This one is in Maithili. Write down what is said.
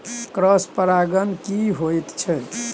क्रॉस परागण की होयत छै?